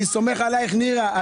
אני סומך עליך, נירה.